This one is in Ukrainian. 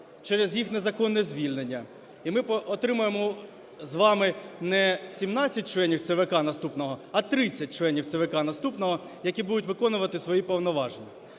через їх незаконне звільнення. І ми отримаємо з вами не 17 членів ЦВК наступного, а 30 членів ЦВК наступного, які будуть виконувати свої повноваження.